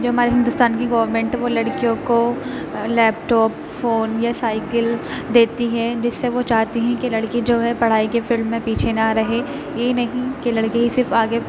جو ہمارے ہندوستان کی گورنمنٹ ہے وہ لڑکیوں کو لیپ ٹاپ فون یا سائیکل دیتی ہے جس سے وہ چاہتے ہیں کہ لڑکی جو ہے پڑھائی کی فیلڈ میں پیچھے نہ رہے یہ نہیں کہ لڑکے ہی صرف آگے